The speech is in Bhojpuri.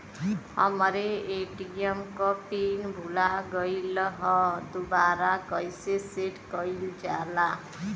हमरे ए.टी.एम क पिन भूला गईलह दुबारा कईसे सेट कइलजाला?